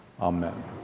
Amen